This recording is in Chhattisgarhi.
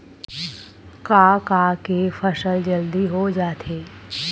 का का के फसल जल्दी हो जाथे?